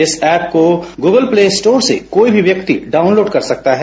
इस ऐप को Google Play Store से कोई भी व्यक्ति डाउनलोड कर सकता है